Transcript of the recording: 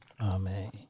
Amen